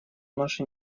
наши